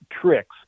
tricks